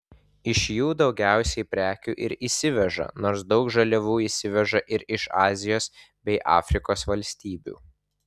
iš jų daugiausiai prekių ir įsiveža nors daug žaliavų įsiveža ir iš azijos bei afrikos valstybių